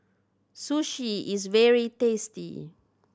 sushi is very tasty